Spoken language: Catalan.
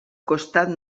costat